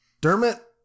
Dermot